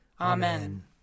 Amen